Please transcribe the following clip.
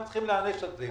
הם צריכים להיענש על זה.